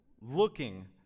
looking